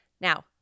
Now